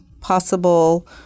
possible